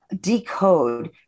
decode